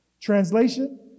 Translation